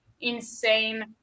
insane